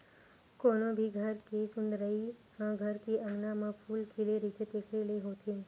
कोनो भी घर के सुंदरई ह घर के अँगना म फूल खिले रहिथे तेखरे ले होथे